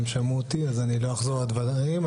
הם שמעו אותי, ולכן לא אחזור על הדברים.